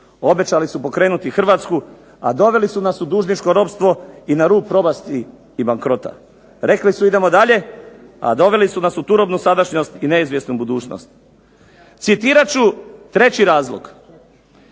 Obećali su pokrenuti Hrvatsku, a doveli su nas u dužničko ropstvo i na rub propasti i bankrota. Rekli su idemo dalje, a doveli su nas u turobnu sadašnjost i neizvjesnu budućnost. Citirat ću 3 razlog,